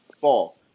fall